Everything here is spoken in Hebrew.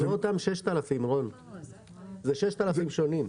זה לא אותם 6,000. זה 6,000 שונים.